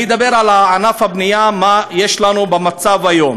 אני אדבר על ענף הבנייה ומה המצב כיום.